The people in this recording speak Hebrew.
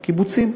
קיבוצים.